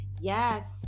Yes